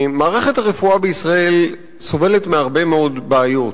מערכת הרפואה בישראל סובלת מהרבה מאוד בעיות.